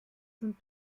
sind